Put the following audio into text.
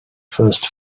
first